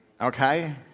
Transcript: Okay